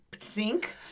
sink